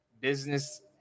business